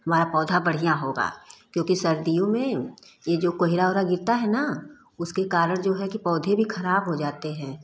हमारा पौधा बढ़िया होगा क्योंकि सर्दियों में ये जो कोहरा ओहरा गिरता है ना उसके कारण जो है कि पौधे भी खराब हो जाते हैं